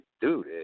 dude